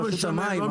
לא משנה.